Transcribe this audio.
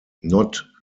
not